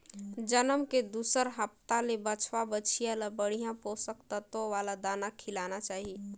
जनम के दूसर हप्ता ले बछवा, बछिया ल बड़िहा पोसक वाला दाना खिलाना चाही